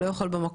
לא יכול במקום,